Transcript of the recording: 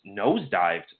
nosedived